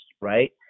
right